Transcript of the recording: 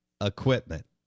Equipment